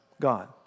God